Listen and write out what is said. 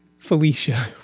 Felicia